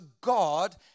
God